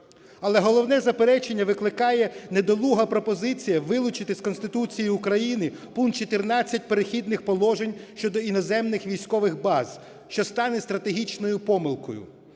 Але головне заперечення викликає недолуга пропозиція вилучити з Конституції України пункт 14 "Перехідних положень" щодо іноземних військових баз, що стане стратегічною помилкою.